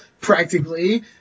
practically